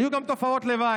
היו לכם גם תופעות לוואי.